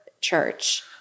church